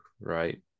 right